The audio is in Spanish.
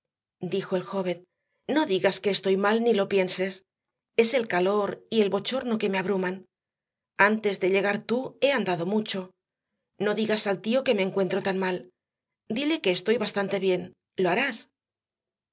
dijo el joven no digas que estoy mal ni lo pienses es el calor y el bochorno que me abruman antes de llegar tú he andado mucho no digas al tío que me encuentro tan mal dile que estoy bastante bien lo harás